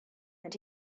and